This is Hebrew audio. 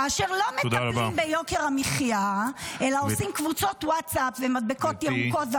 כאשר לא מטפלים ביוקר המחיה אלא עושים קבוצות ווטסאפ ומדבקות ירוקות,